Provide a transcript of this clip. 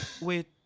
Wait